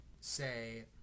say